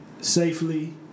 safely